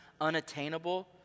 unattainable